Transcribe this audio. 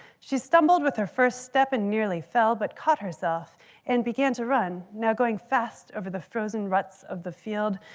she stumbled with her first step and nearly fell, but caught herself and began to run, now going fast over the frozen ruts of the field,